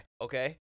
Okay